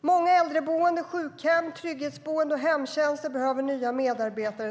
Många äldreboenden, sjukhem, trygghetsboenden och hemtjänster behöver nya medarbetare.